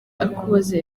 akubaza